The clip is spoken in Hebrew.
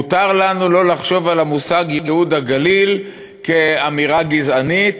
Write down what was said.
מותר לנו שלא לחשוב על המושג ייהוד הגליל כאמירה גזענית,